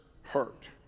hurt